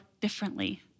differently